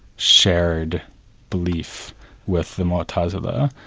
shared belief with the mu'tazila.